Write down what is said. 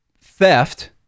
theft